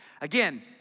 Again